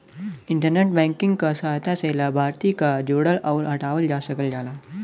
internet banking क सहायता से लाभार्थी क जोड़ल आउर हटावल जा सकल जाला